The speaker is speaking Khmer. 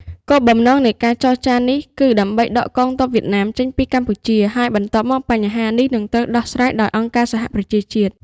គោលបំណងនៃការចរចានេះគឺដើម្បីដកកងទ័ពវៀតណាមចេញពីកម្ពុជា ហើយបន្ទាប់មកបញ្ហានេះនឹងត្រូវដោះស្រាយដោយអង្គការសហប្រជាជាតិ។